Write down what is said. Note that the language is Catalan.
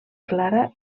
clara